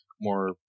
more